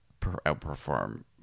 outperform